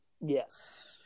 yes